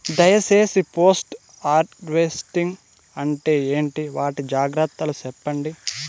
దయ సేసి post harvesting అంటే ఏంటి? వాటి జాగ్రత్తలు సెప్పండి?